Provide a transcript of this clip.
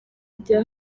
bya